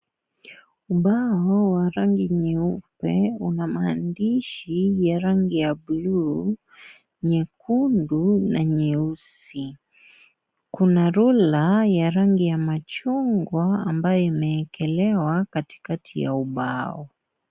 Ubao wa rangi nyeupe una maandishi ya rangi ya buluu, nyekundu na nyeusi. Kuna rula ya rangi ya machungwa, ambayo imewekelewa katikati ya ubao.